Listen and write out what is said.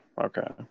okay